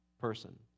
person